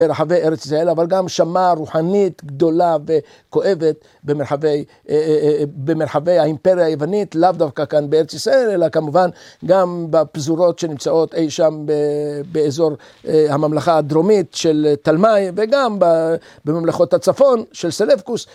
ברחבי ארץ ישראל, אבל גם שמה רוחנית גדולה וכואבת במרחבי האימפריה היוונית, לאו דווקא כאן בארץ ישראל, אלא כמובן גם בפזורות שנמצאות אי שם באזור הממלכה הדרומית של תל מיי, וגם בממלכות הצפון של סלבקוס.